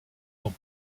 donc